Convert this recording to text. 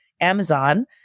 Amazon